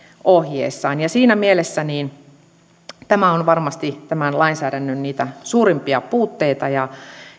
ohjeissaan siinä mielessä tämä on varmasti tämän lainsäädännön niitä suurimpia puutteita ja